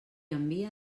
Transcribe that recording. envia